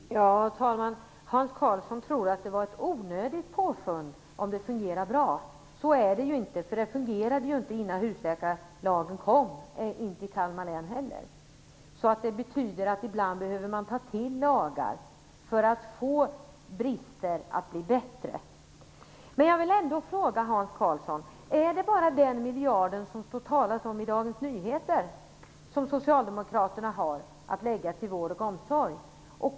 Herr talman! Hans Karlsson tror att det var ett onödigt påfund eftersom det fungerade bra. Så är det ju inte. Det fungerade inte innan husläkarlagen kom, inte i Kalmar län heller. Det betyder att man ibland behöver ta till lagar för att rätta till brister. Men jag vill ändå fråga Hans Karlsson: Är det bara den miljarden som det talas om i Dagens Nyheter som socialdemokraterna har att lägga på vård och omsorg?